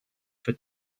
for